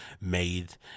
made